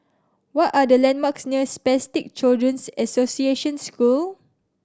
what are the landmarks near Spastic Children's Association School